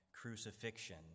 crucifixion